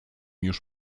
już